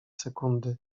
sekundy